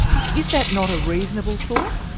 is that not a reasonable thought?